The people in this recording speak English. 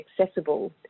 accessible